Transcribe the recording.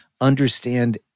understand